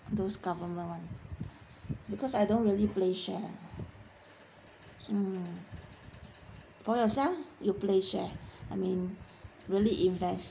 those government [one] because I don't really play shares hmm for yourself you play shares I mean really invest